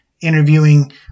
interviewing